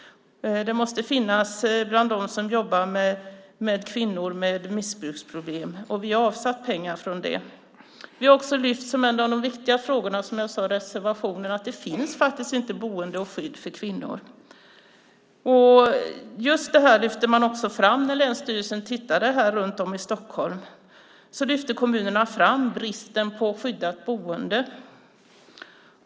Den måste finnas bland dem som jobbar med kvinnor med missbruksproblem. Vi har avsatt pengar för det. Vi har också, som jag sade, lyft fram som en av de viktiga frågorna i reservationen att det faktiskt inte finns boende och skydd för kvinnor. När länsstyrelsen tittade runt om i Stockholm lyfte kommunerna fram bristen på skyddat boende.